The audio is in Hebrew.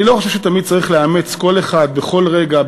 אני לא חושב שתמיד צריך לאמץ כל אחד בכל רגע,